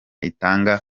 itanga